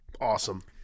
Awesome